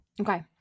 Okay